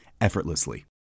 effortlessly